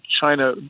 China